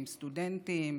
עם סטודנטים,